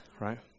right